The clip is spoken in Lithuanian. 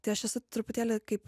tai aš esu truputėlį kaip